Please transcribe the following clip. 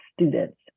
students